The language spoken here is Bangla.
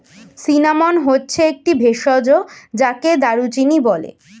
সিনামন হচ্ছে একটি ভেষজ যাকে দারুচিনি বলে